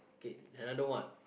okay another one